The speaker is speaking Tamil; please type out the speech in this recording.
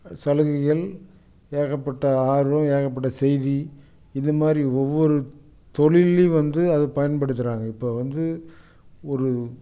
சலுகைகள் ஏகப்பட்ட ஆர்வம் ஏகப்பட்ட செய்தி இதமாதிரி ஒவ்வொரு தொழில்லையும் வந்து அதை பயன்படுத்துறாங்க இப்போ வந்து ஒரு